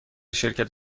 شرکت